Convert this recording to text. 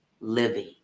living